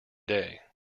day